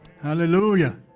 Hallelujah